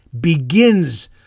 begins